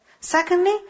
Secondly